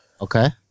Okay